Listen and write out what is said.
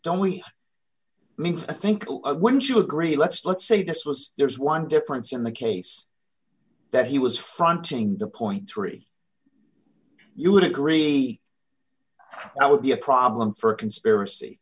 we i think wouldn't you agree let's let's say this was there's one difference in the case that he was fronting the point three you would agree that would be a problem for a conspiracy